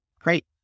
great